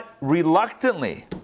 reluctantly